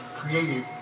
created